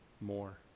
More